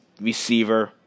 receiver